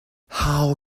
how